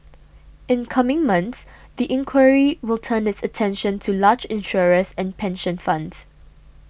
in coming months the inquiry will turn its attention to large insurers and pension funds